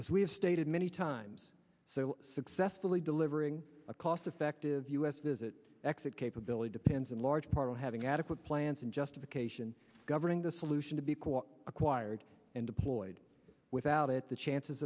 as we have stated many times so successfully delivering a cost effective u s visit exit capability depends in large part on having adequate plans and justification governing the solution to be quote acquired and deployed without it the chances